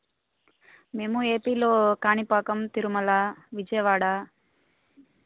మేము ఏపీలో కాణిపాకం తిరుమల విజయవాడ